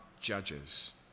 judges